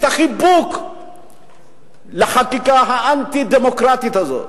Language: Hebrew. את החיבוק לחקיקה האנטי-דמוקרטית הזאת.